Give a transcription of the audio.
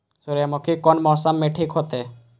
सूर्यमुखी कोन मौसम में ठीक होते?